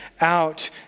out